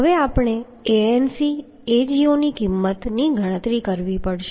હવે આપણે Anc Ago ની કિંમતની ગણતરી કરવી પડશે